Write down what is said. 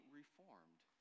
reformed